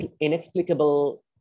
inexplicable